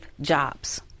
jobs